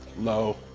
low.